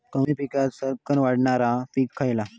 कमी पाण्यात सरक्कन वाढणारा पीक खयला?